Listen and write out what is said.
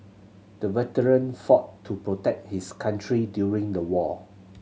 the veteran fought to protect his country during the war